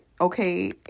Okay